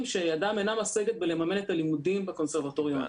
שידם אינם משגת בלממן את הלימודים בקונסרבטוריון.